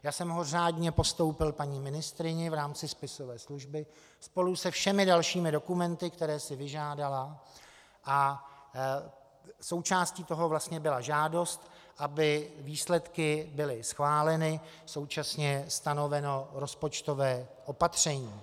Já jsem ho řádně postoupil paní ministryni v rámci spisové služby spolu se všemi dalšími dokumenty, které si vyžádala, a součástí toho byla žádost, aby výsledky byly schváleny, současně stanoveno rozpočtové opatření.